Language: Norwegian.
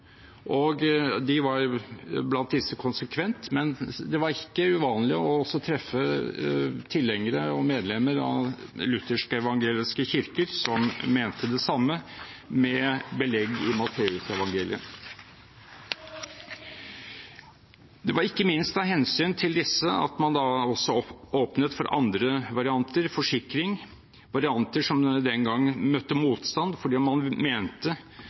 De var blant disse konsekvent, men det var ikke uvanlig å også treffe tilhengere og medlemmer av luthersk-evangeliske kirker som mente det samme, med belegg i Matteusevangeliet. Det var ikke minst av hensyn til disse man da også åpnet for andre varianter av forsikring – varianter som den gang møtte motstand fordi man mente